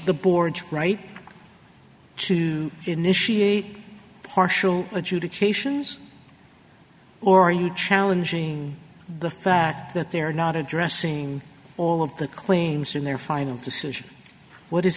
the board's right to initiate partial adjudications or are you challenging the fact that they're not addressing all of the claims in their final decision what is